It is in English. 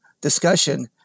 discussion